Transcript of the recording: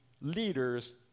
leaders